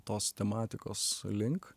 tos tematikos link